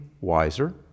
wiser